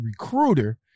recruiter